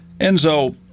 enzo